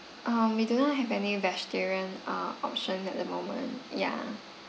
um we do not have any vegetarian uh option at the moment ya